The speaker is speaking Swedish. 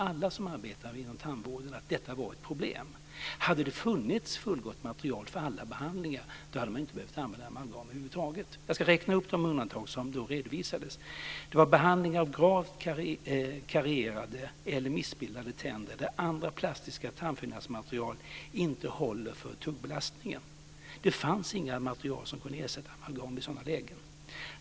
Alla som arbetar inom tandvården erkänner att detta var ett problem. Hade det funnits fullgott material för alla behandlingar hade amalgam inte behövt användas över huvud taget. Jag ska räkna upp de undantag som då redovisades: Det första var vid behandling av gravt karierade eller missbildade tänder där andra plastiska tandfyllnadsmaterial inte håller för tuggbelastningen. Det fanns inga material som kunde ersätta amalgam vid sådana lägen.